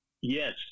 yes